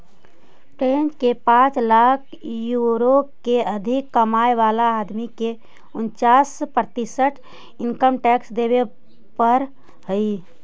French में पाँच lakh euro से अधिक कमाय वाला आदमी के उन्चास प्रतिशत इनकम टैक्स देवे पड़ऽ हई